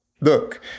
Look